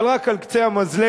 אבל רק על קצה המזלג